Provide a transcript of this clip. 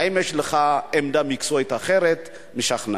האם יש לך עמדה מקצועית אחרת, משכנעת?